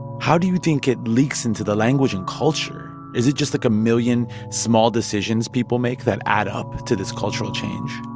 how do you think it leaks into the language and culture? is it just, like, a million small decisions people make that add up to this cultural change?